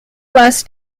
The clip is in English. last